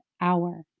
hour